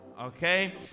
Okay